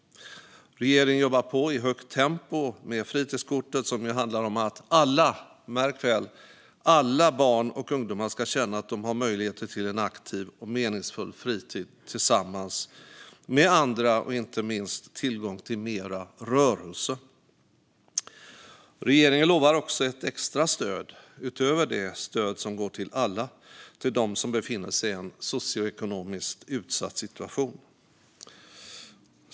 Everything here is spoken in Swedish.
Regeringen jobbar på i högt tempo med fritidskortet som ju handlar om att alla, märk väl, alla barn och ungdomar ska känna att de har möjligheter till en aktiv och meningsfull fritid tillsammans med andra och inte minst tillgång till mer rörelse. Utöver det stöd som går till alla lovar regeringen också ett extra stöd till dem som befinner sig i en socioekonomiskt utsatt situation.